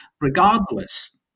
regardless